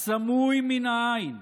הסמוי מן העין,